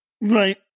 Right